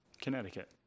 Connecticut